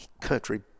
country